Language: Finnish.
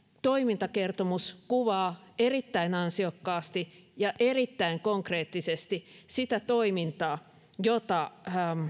toimintakertomus kuvaa erittäin ansiokkaasti ja erittäin konkreettisesti sitä toimintaa jota